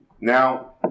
Now